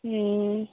हूँ